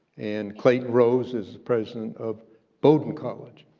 and clayton rose is the president of bowdoin college,